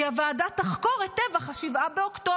כי הוועדה תחקור את טבח 7 באוקטובר,